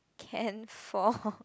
can four